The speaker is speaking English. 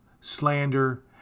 slander